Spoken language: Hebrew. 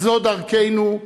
זו דרכנו,